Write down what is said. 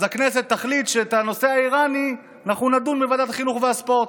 אז הכנסת תחליט שעל הנושא האיראני אנחנו נדון בוועדת החינוך והספורט.